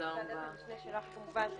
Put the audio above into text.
ועדת המשנה שלך כמובן.